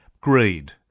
greed